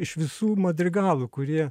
iš visų madrigalų kurie